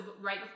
right